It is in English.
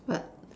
but